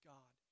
God